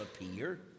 appear